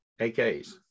AKs